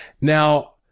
Now